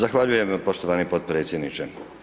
Zahvaljujem poštovani potpredsjedniče.